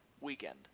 weekend